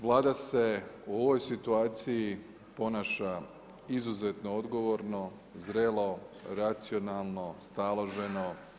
Vlada se u ovoj situaciji ponaša izuzetno odgovorno, zrelo, racionalno, staloženo.